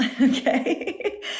Okay